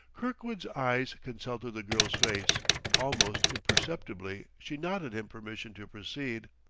kirkwood's eyes consulted the girl's face almost imperceptibly she nodded him permission to proceed.